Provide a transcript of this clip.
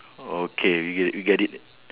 okay we get we get it